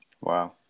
Wow